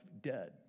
dead